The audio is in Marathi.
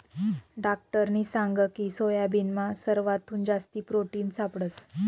डाक्टरनी सांगकी सोयाबीनमा सरवाथून जास्ती प्रोटिन सापडंस